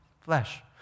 flesh